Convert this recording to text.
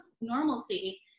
normalcy